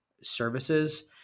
services